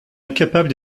incapable